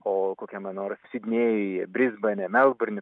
o kokiame nors sidnėjuje brisbane melburne